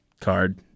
card